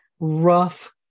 Rough